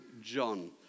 John